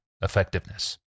effectiveness